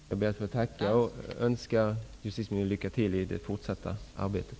Fru talman! Jag tackar för detta och önskar justitieministern lycka till i det fortsatta arbetet.